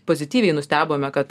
pozityviai nustebome kad